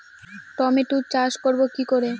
টমেটোর চাষ করব কি করে?